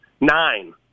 Nine